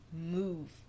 move